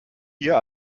hier